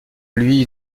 lui